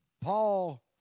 Paul